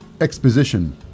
exposition